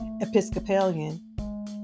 Episcopalian